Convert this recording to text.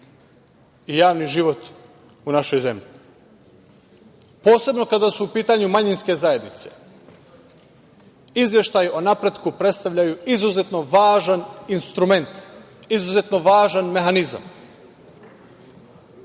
i javni život u našoj zemlji. Posebno kada su u pitanju manjinske zajednice, Izveštaj o napretku predstavlja izuzetno važan instrument, izuzetno važan mehanizam. Manjinska